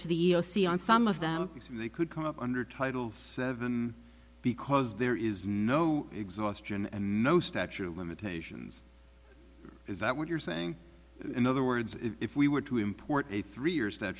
to the e e o c on some of them and they could come up under title seven because there is no exhaustion and no statute of limitations is that what you're saying in other words if we were to import a three years that